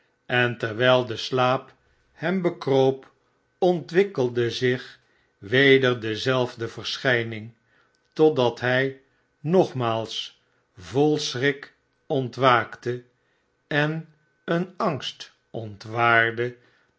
en terwijl de slaap hem bekroop ontwikkelde zich weder dezelfde verschijning totdat hij nogmaals vol schrik ontwaakte en een angst